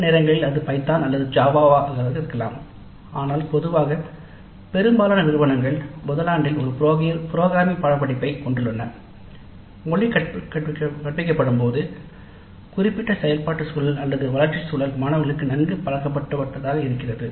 சில நேரங்களில் அது பைதான் அல்லது ஜாவா ஆக இருக்கலாம் ஆனால் பொதுவாக பெரும்பாலான நிறுவனங்கள் முதலாண்டில் ஒரு புரோகிராமிங் பாடநெறி படிப்பைக் கொண்டுள்ளன மொழி கற்பிக்கப்படும் போது குறிப்பிட்ட செயல்பாட்டு சூழல் அல்லது வளர்ச்சி சூழல் மாணவர்களுக்கு நன்கு பழக்கப்பட்டதாக இருக்கிறது